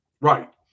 Right